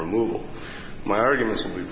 removal my arguments will be